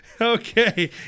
Okay